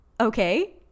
Okay